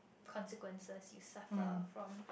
consequences you suffer from